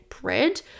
bread